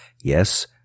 yes